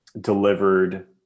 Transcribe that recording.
delivered